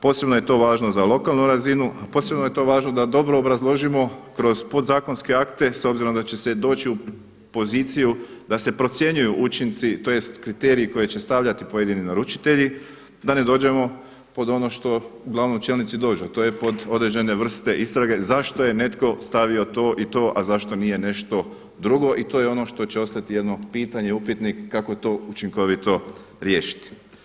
Posebno je to važno za lokalnu razinu, posebno je to važno da dobro obrazložimo kroz podzakonske akte s obzirom da će se doći u poziciju da se procjenjuju učinci, tj. kriteriji koje će stavljati pojedini naručitelji da ne dođemo pod ono što uglavnom čelnici dođu, a to je pod određen vrste istrage zašto je netko stavio to i to, a zašto nije nešto drugo i to je ono što će ostati jedno pitanje, upitnik kako to učinkovito riješiti.